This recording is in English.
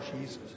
Jesus